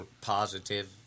positive